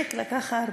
חיליק לקח ארבע.